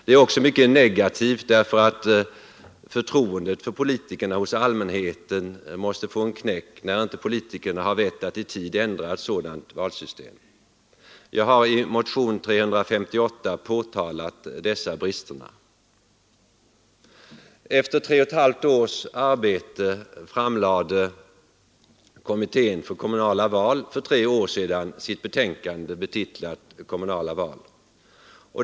Det är också mycket negativt därför att förtroendet för politikerna hos allmänheten måste få en knäck när inte politikerna har vett att i tid ändra ett sådant valsystem. Jag har i motionen 358 påtalat dessa brister. Efter tre och ett halvt års arbete framlade kommittén för kommu nala val för tre år sedan sitt betänkande, betitlat ”Kommunala val”.